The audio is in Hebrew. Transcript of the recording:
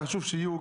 חקיקה ראשית,